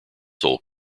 sole